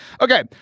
okay